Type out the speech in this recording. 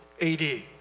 AD